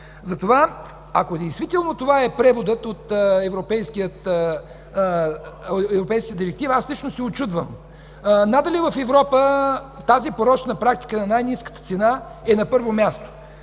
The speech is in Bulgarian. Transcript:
Затова, ако действително това е преводът от Европейската директива, аз лично се учудвам. Надали в Европа тази порочна практика на най-ниската цена е на първо място,